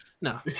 No